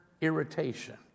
irritation